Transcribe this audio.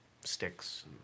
sticks